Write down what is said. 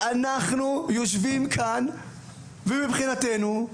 ואנחנו יושבים כאן ומבחינתנו,